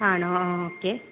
ആണോ ആ ഒക്കെ